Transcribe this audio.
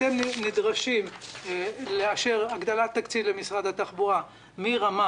אתם נדרשים לאשר הגדלת תקציב למשרד התחבורה מרמה